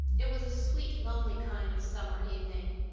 it was a sweet, lonely kind of summer evening.